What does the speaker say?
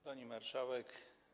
Pani Marszałek!